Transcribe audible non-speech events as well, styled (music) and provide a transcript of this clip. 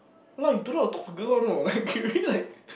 !walao! you don't know how to talk to girl one know like (laughs) you really like (laughs)